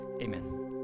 amen